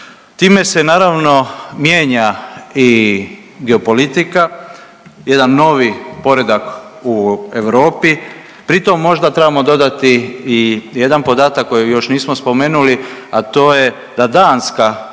Time se naravno mijenja i geopolitika. Jedan novi poredak u Europi. Pri tom možda trebamo dodati i jedan podatak kojeg još nismo spomenuli, a to je da Danska